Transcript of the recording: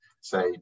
say